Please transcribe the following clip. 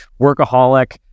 workaholic